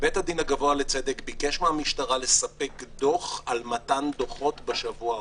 ובית הדין הגבוה לצדק ביקש מהמשטרה לספק דוח על מתן דוחות בשבוע החולף.